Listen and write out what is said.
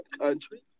country